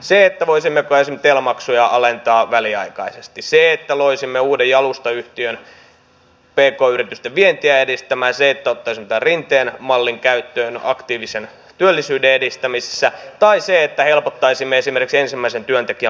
se että voisimmeko esimerkiksi tel maksuja alentaa väliaikaisesti se että loisimme uuden jalustayhtiön pk yritysten vientiä edistämään se että ottaisimme tämän rinteen mallin käyttöön aktiivisen työllisyyden edistämisessä tai se että helpottaisimme esimerkiksi ensimmäisen työntekijän palkkaamista